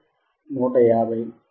150 153